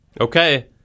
Okay